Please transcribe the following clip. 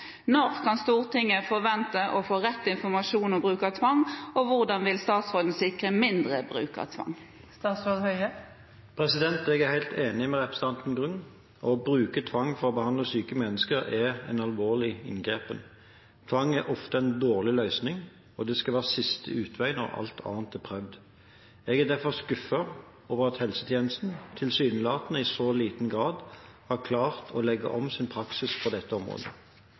Når kan Stortinget forvente å få rett informasjon om bruk av tvang, og hvordan vil statsråden sikre mindre bruk av tvang?» Jeg er helt enig med representanten Grung: Å bruke tvang for å behandle syke mennesker er en alvorlig inngripen. Tvang er ofte en dårlig løsning, og det skal være siste utvei når alt annet er prøvd. Jeg er derfor skuffet over at helsetjenestene – tilsynelatende – i så liten grad har klart å legge om sin praksis på dette området.